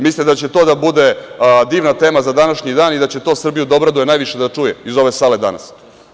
Mislite li da će to da bude divna tema za današnji dan i da će to Srbiju da obraduje najviše da čuje iz ove sale danas?